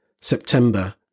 September